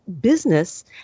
business